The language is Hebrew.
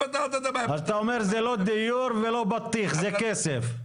אתה אומר שזה לא מחסור בדיור ולא בטיח, זה כסף.